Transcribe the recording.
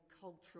cultural